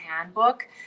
Handbook